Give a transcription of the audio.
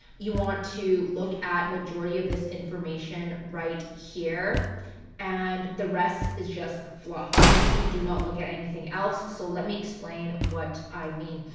you want to look at majority of this information right here and the rest is just fluff. i actually do not look at anything else. so let me explain what i mean.